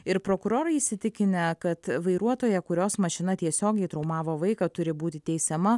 ir prokurorai įsitikinę kad vairuotoja kurios mašina tiesiogiai traumavo vaiką turi būti teisiama